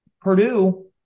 Purdue